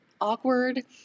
awkward